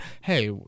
hey